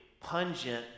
pungent